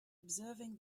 observing